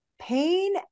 pain